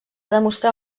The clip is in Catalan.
demostrar